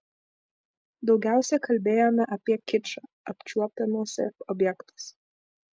daugiausia kalbėjome apie kičą apčiuopiamuose objektuose